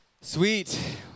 Sweet